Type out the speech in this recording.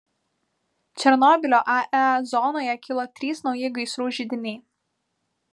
černobylio ae zonoje kilo trys nauji gaisrų židiniai